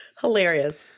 Hilarious